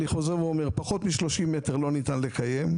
אני חוזר ואומר: פחות מ-30 מ"ר לא ניתן לקיים.